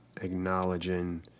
acknowledging